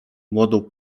młodą